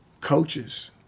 coaches